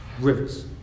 rivers